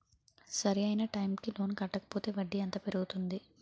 సరి అయినా టైం కి లోన్ కట్టకపోతే వడ్డీ ఎంత పెరుగుతుంది?